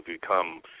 become